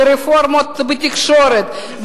ברפורמות בתקשורת,